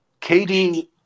KD